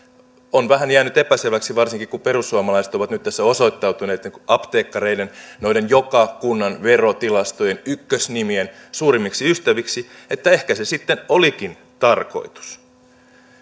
on vähän jäänyt epäselväksi varsinkin kun perussuomalaiset ovat tässä nyt osoittautuneet apteekkareiden noiden joka kunnan verotilastojen ykkösnimien suurimmiksi ystäviksi oliko se ehkä sittenkin tarkoitus